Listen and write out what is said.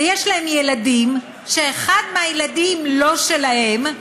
ויש להם ילדים, ואחד מהילדים לא שלהם,